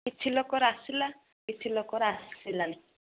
କିଛି ଲୋକର ଆସିଲା କିଛି ଲୋକର ଆସିଲାନି